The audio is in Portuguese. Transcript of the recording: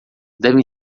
devem